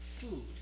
food